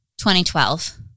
2012